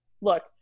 Look